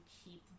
keep